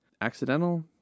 accidental